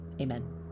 Amen